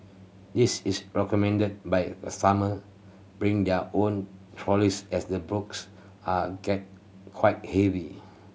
it's is recommended by the farmer bring their own trolleys as the books are get quite heavy